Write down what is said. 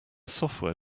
software